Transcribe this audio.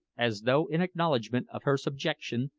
as though in acknowledgment of her subjection,